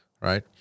right